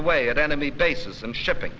away at enemy bases and shipping